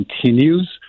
continues